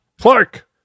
Clark